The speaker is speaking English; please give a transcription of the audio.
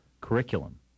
curriculum